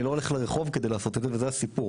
אני לא הולך לרחוב כדי לעשות את זה וזה הסיפור.